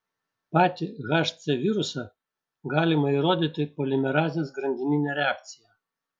patį hc virusą galima įrodyti polimerazės grandinine reakcija